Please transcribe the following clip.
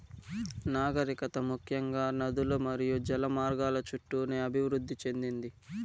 నాగరికత ముఖ్యంగా నదులు మరియు జల మార్గాల చుట్టూనే అభివృద్ది చెందింది